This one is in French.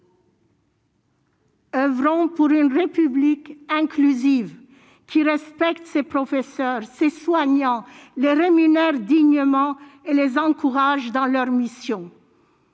OEuvrons pour une République inclusive, qui respecte ses professeurs, ses soignants, les rémunère dignement et les encourage dans leur mission